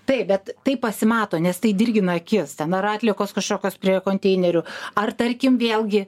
taip bet tai pasimato nes tai dirgina akis ten ar atliekos kažkokios prie konteinerių ar tarkim vėlgi